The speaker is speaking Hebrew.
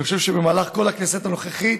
אני חושב שבמהלך כל הכנסת הנוכחית,